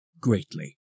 greatly